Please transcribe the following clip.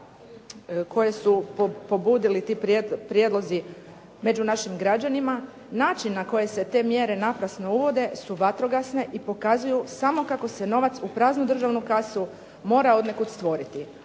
koje su pobudili ti prijedlozi među našim građanima. Način na koji se te mjere naprasno uvode su vatrogasne i pokazuju samo kako se novac u praznu državnu kasu mora odnekud stvoriti,